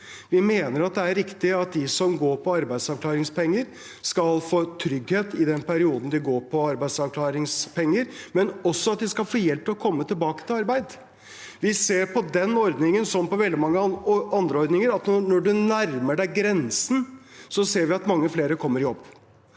Vi mener det er riktig at de som går på arbeidsavklaringspenger, skal få trygghet i den perioden de går på arbeidsavklaringspenger, men også at de skal få hjelp til å komme tilbake til arbeid. Vi ser på den ordningen som på veldig mange andre ordninger. Vi ser at når man nærmer seg grensen, kommer mange flere i jobb.